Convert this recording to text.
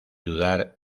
dudar